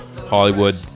Hollywood